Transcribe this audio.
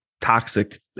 toxic